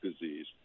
disease